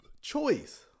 choice